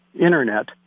Internet